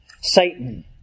Satan